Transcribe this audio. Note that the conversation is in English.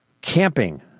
camping